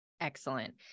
excellent